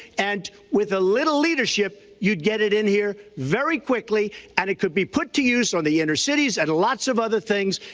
and with a little leadership, you'd get it in here very quickly. and it could be put to use on the inner cities and lots of other things.